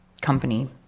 company